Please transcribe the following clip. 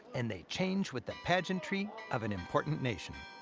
and they change with the pageantry of an important nation.